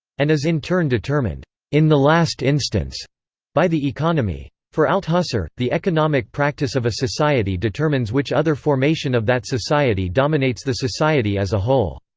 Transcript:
and is in turn determined in the last instance by the economy. for althusser, the economic practice of a society determines which other formation of that society dominates the society as a whole.